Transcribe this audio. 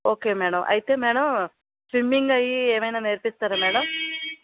okay madam అయితే madam swimming అయ్యి ఏమైనా నేర్పిస్తారా మేడం